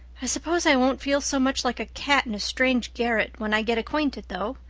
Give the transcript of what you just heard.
i suppose i won't feel so much like a cat in a strange garret when i get acquainted, though.